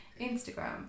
Instagram